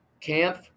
camp